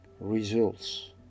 results